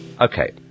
Okay